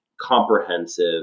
comprehensive